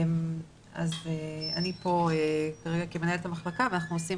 אז אני פה כרגע כמנהלת המחלקה ואנחנו עושים